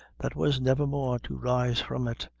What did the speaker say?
that was never more to rise from it,